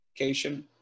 education